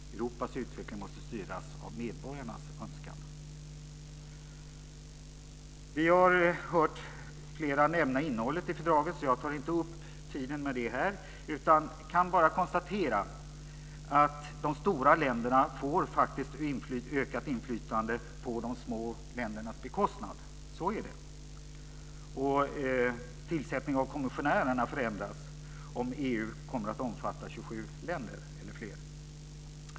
Europas utveckling måste styras av medborgarnas önskan. Vi har hört flera nämna innehållet i fördraget, så jag tar inte upp tid med det här utan kan bara konstatera att de stora länderna faktiskt får ökat inflytande på de små ländernas bekostnad. Så är det. Tillsättningen av kommissionärerna förändras om EU kommer att omfatta 27 eller fler länder.